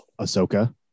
Ahsoka